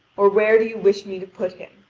or where do you wish me to put him?